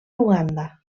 uganda